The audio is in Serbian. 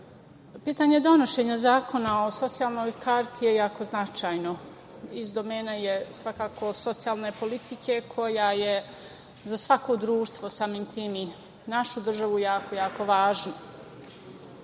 pitanje donošenja zakona o socijalnoj karti je jako značajno. Iz domena je svakako socijalne politike koja je za svako društvo, samim tim i našu državu je jako važno. Ono